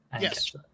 Yes